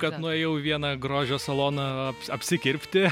kad nuėjau į vieną grožio saloną apsikirpti